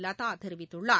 லதாதெரிவித்துள்ளார்